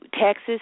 Texas